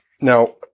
Now